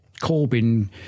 corbyn